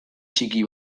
txiki